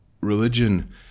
religion